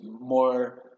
more